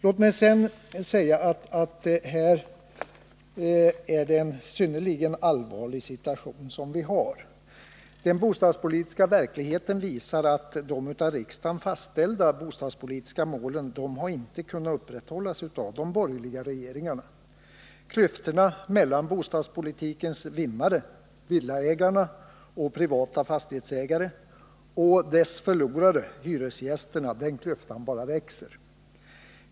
Låt mig sedan säga att vi på detta område har en synnerligen allvarlig situation. Den bostadspolitiska verkligheten visar att de av riksdagen fastställda bostadspolitiska målen inte kunnat upprätthållas av de borgerliga regeringarna. Klyftorna mellan bostadspolitikens vinnare, villaägarna och privata fastighetsägare, och dess förlorare, hyresgästerna, bara växer.